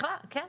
בכלל, כן.